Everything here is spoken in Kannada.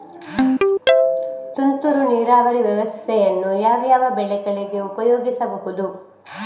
ತುಂತುರು ನೀರಾವರಿ ವ್ಯವಸ್ಥೆಯನ್ನು ಯಾವ್ಯಾವ ಬೆಳೆಗಳಿಗೆ ಉಪಯೋಗಿಸಬಹುದು?